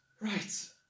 Right